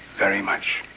very much.